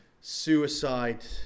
suicide